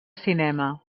cinema